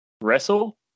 Wrestle